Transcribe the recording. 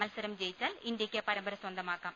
മത്സരം ജയിച്ചാൽ ഇന്ത്യയ്ക്ക് പരമ്പര സ്വന്ത മാക്കാം